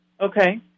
Okay